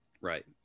Right